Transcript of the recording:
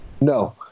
No